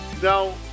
Now